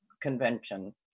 convention